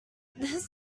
this